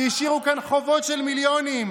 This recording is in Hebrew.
שהשאירו כאן חובות של מיליונים.